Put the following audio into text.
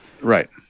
Right